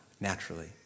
naturally